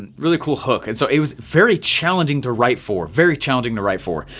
and really cool hook and so it was very challenging to write for, very challenging to write for.